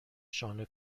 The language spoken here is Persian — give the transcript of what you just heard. شانه